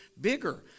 bigger